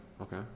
Okay